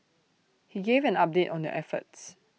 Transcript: he gave an update on their efforts